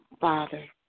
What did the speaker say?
Father